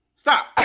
Stop